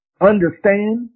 understand